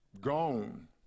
gone